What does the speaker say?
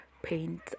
paint